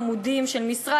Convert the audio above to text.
הזמן עומד לאזול,